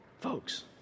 Folks